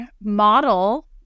model